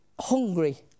hungry